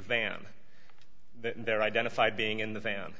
van there identified being in the van